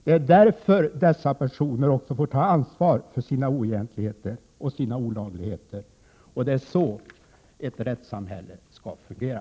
Det är därför dessa personer får ta ansvar för sina oegentligheter och olagligheter. Det är så ett rättssamhälle skall fungera.